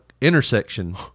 intersection